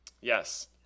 Yes